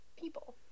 people